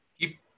Keep